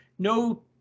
No